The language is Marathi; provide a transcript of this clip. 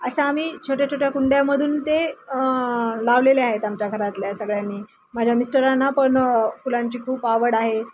अशा आम्ही छोट्या छोट्या कुंड्यामधून ते लावलेले आहेत आमच्या घरातल्या सगळ्यांनी माझ्या मिस्टरांना पण फुलांची खूप आवड आहे